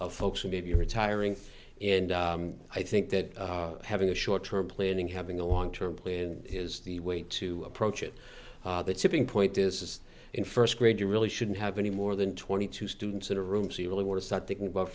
of folks who maybe are retiring and i think that having a short term planning having a long term plan is the way to approach it the tipping point is in first grade you really shouldn't have any more than twenty two students in a room so you really want to start thinking about